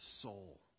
Soul